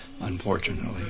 Unfortunately